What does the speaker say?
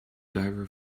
diver